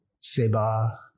seba